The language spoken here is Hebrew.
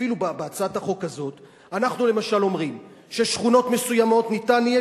אפילו בהצעת החוק הזאת אנחנו למשל אומרים ששכונות מסוימות יהיה